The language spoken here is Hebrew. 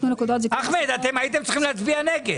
אחמד, אתם הייתם צריכים להצביע נגד.